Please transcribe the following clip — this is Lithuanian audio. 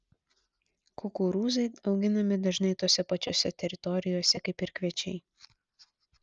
kukurūzai auginami dažnai tose pačiose teritorijose kaip ir kviečiai